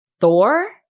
Thor